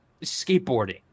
skateboarding